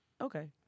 okay